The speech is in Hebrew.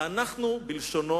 ואנחנו" אני אומר בלשונו,